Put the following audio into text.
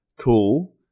cool